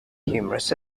humorous